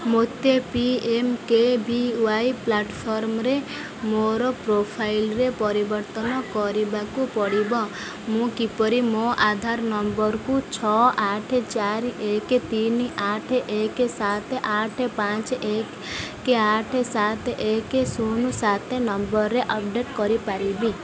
ମୋତେ P M K V Y ପ୍ଲାଟ୍ଫର୍ମରେ ମୋର ପ୍ରୋଫାଇଲ୍ରେ ପରିବର୍ତ୍ତନ କରିବାକୁ ପଡ଼ିବ ମୁଁ କିପରି ମୋ ଆଧାର ନମ୍ବରକୁ ଛଅ ଆଠ ଚାରି ଏକ ତିନି ଆଠ ଏକ ସାତ ଆଠ ପାଞ୍ଚ ଏକ କି ଆଠ ସାତ ଏକ ଶୂନ ସାତ ନମ୍ବରରେ ଅପଡ଼େଟ୍ କରିପାରିବେ